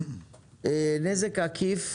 הנזק העקיף,